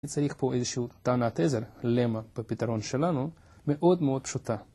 צריך פה איזשהו טענת עזר למה בפתרון שלנו מאוד מאוד פשוטה